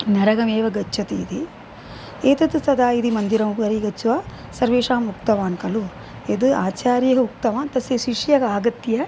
नरगमेव गच्छति इति एतत् तदा इति मन्दिरमुपरि गत्वा सर्वेषाम् उक्तवान् खलु यद् आचार्यः उक्तवान् तस्य शिष्यः आगत्य